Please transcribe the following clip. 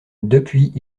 depuis